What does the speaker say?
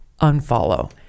unfollow